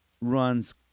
runs